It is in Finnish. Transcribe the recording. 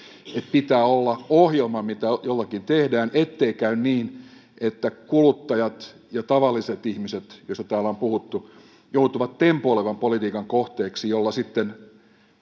pitää olla ohjelma mitä kulloinkin tehdään ettei käy niin että kuluttajat ja tavalliset ihmiset joista täällä on puhuttu joutuvat tempoilevan politiikan kohteiksi joita sitten